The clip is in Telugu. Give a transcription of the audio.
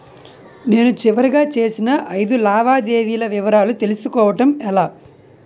నేను చివరిగా చేసిన ఐదు లావాదేవీల వివరాలు తెలుసుకోవటం ఎలా?